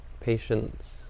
patience